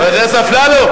חבר הכנסת אפללו,